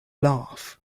laugh